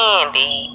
Candy